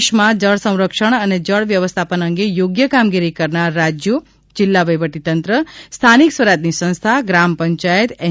દેશમાં જળ સંરક્ષણ અને જળ વ્યવસ્થાપન અંગે યોગ્ય કામગીરી કરનાર રાજ્યો જિલ્લા વહિવટી તંત્ર સ્થાનિક સ્વરાજની સંસ્થા ગ્રામ પંચાયત એન